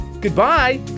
Goodbye